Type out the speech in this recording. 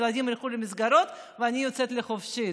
הילדים ילכו למסגרות ואני יוצאת לחופשי.